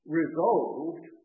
resolved